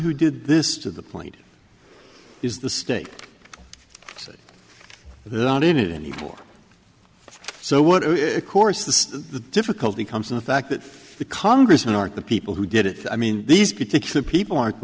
who did this to the point is the state that they're not in it anymore so what course this the difficulty comes in the fact that the congressmen aren't the people who did it i mean these particular people aren't the